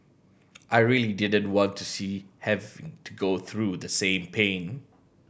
I really didn't want to see have to go through the same pain